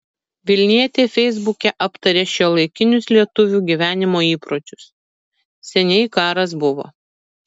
vilnietė feisbuke aptarė šiuolaikinius lietuvių gyvenimo įpročius seniai karas buvo